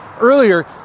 Earlier